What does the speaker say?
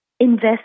Invest